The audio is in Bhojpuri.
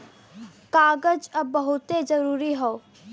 कागज अब बहुते जरुरी हौ